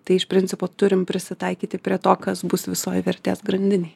tai iš principo turim prisitaikyti prie to kas bus visoj vertės grandinėj